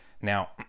now